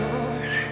Lord